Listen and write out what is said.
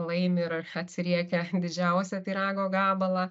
laimi ir atsiriekia didžiausią pyrago gabalą